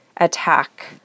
attack